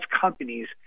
companies